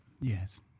Yes